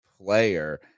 player